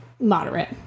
moderate